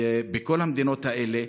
בכל המדינות האלה: